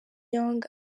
yong